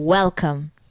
Welcome